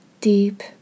deep